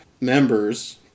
members